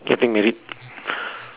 getting married